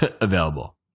available